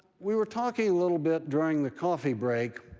we were talking a little bit during the coffee break,